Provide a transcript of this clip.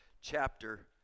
chapter